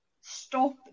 stop